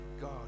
God